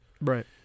right